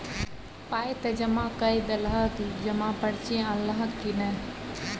पाय त जमा कए देलहक जमा पर्ची अनलहक की नै